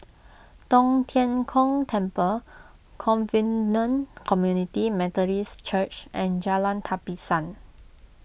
Tong Tien Kung Temple Covenant Community Methodist Church and Jalan Tapisan